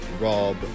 Rob